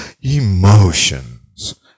emotions